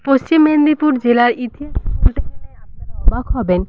পশ্চিম মেদিনীপুর জেলার ইতিহাস বলতে গেলে আপনারা অবাক হবেন